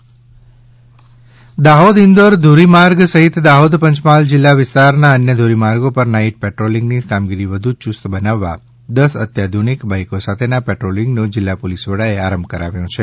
દાહોદ રાત્રિ પેટ્રોલીંગ દાહોદ ઇન્દોર ધોરીમાર્ગ સહિત દાહોદ પંચમહાલ જિલ્લા વિસ્તારના અન્ય ધોરીમાર્ગો પર નાઇટ પેટ્રોલીંગની કામગીરી વધુ ચુસ્ત બનાવવા દસ અત્યાધુનિક બાઇકો સાથેના પેટ્રોલીંગનો જિલ્લા પોલીસ વડાએ આરંભ કરાવ્યો છે